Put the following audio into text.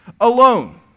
alone